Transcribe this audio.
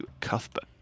Cuthbert